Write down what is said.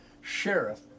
sheriff